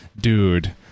dude